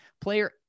Player